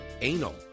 Anal